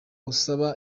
usaba